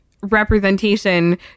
representation